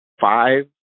five